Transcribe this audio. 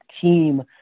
team